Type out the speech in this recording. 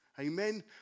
amen